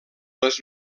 les